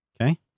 Okay